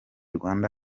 rwanda